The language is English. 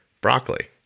broccoli